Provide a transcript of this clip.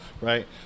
right